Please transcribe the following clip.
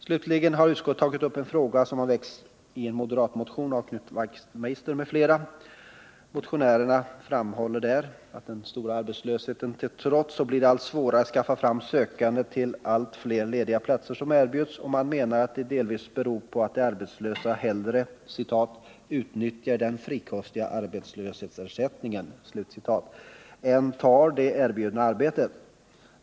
Slutligen har utskottet tagit upp en fråga som väckts i en moderatmotion av Knut Wachtmeister m.fl. Motionärerna framhåller att det — den stora arbetslösheten till trots — blir allt svårare att skaffa fram sökande till de allt fler lediga platser som erbjuds, och man menar att detta delvis beror på att de arbetslösa hellre ”utnyttjar den frikostiga arbetslöshetsersättningen” än tar det erbjudna arbetet.